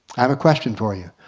i have a question for you.